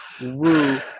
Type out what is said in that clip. woo